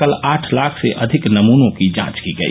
कल आठ लाख से अधिक नमनों की जांच की गई